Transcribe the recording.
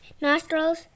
nostrils